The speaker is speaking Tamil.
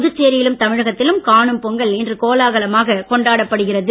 புதுச்சேரியிலும் தமிழகத்திலும் காணும் பொங்கல் இன்று கோலாகலமாகக் கொண்டாடப்படுகிறது